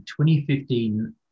2015